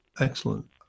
Excellent